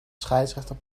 scheidsrechter